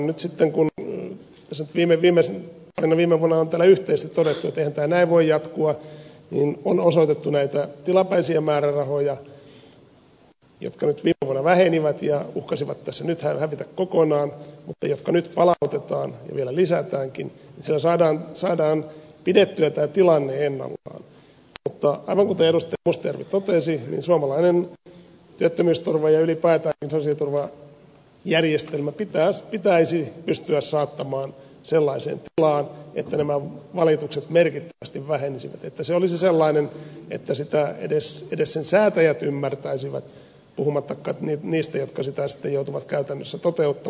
nyt sitten kun viime vuonnahan täällä on yhteisesti todettu että eihän tämä näin voi jatkua kun on osoitettu näitä tilapäisiä määrärahoja jotka nyt viime vuonna vähenivät ja uhkasivat tässä nyt hävitä kokonaan mutta jotka nyt palautetaan ja vielä lisätäänkin sillä saadaan pidettyä tämä tilanne ennallaan mutta aivan kuten edustaja mustajärvi totesi suomalainen työttömyysturva ja ylipäätäänkin sosiaaliturvajärjestelmä pitäisi pystyä saattamaan sellaiseen tilaan että nämä valitukset merkittävästi vähenisivät että se olisi sellainen että sitä edes sen säätäjät ymmärtäisivät puhumattakaan niistä jotka sitä sitten joutuvat käytännössä toteuttamaan ja käyttämään